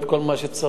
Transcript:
את כל מה שצריך,